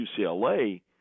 UCLA